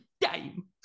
time